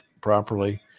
properly